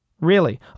Really